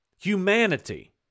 humanity